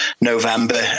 November